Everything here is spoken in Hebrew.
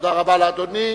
חבר הכנסת